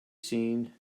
seen